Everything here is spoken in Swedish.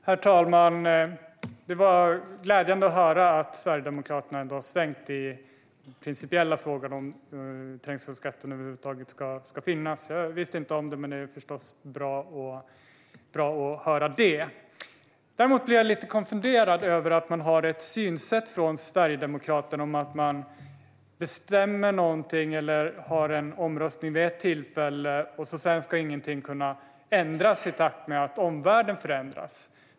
Herr talman! Det är glädjande att Sverigedemokraterna har svängt i den principiella frågan om trängselskatten. Jag visste inte om det. Men det är förstås bra. Jag blir dock lite konfunderad över att Sverigedemokraterna har ett synsätt som innebär att om att något bestäms vid ett tillfälle, till exempel genom en omröstning, ska det inte kunna ändras i takt med att omvärlden förändras.